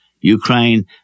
Ukraine